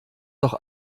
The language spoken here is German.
doch